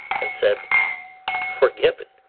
and said forgiven!